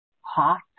hot